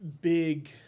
big